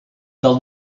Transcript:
del